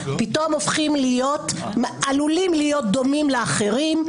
פתאום עלולה להיות דומה לאחרים.